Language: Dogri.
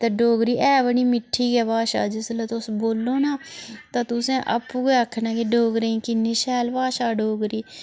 ते डोगरी ऐ बडी मिट्ठी ऐ भाशा जिसलै तुस बोलो ना तां तुसें आपूं गै आखना के डोगरें दी किन्नी शैल भाशा ऐ डोगरी